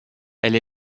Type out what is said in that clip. elle